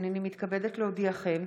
הינני מתכבדת להודיעכם,